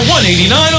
$189